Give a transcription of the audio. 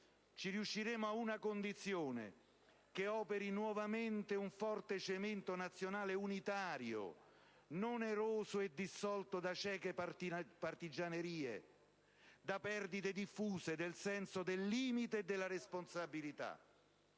ci riusciremo ad una condizione: che operi nuovamente un forte cemento nazionale unitario, non eroso e dissolto da cieche partigianerie, da perdite diffuse del senso del limite e della responsabilità».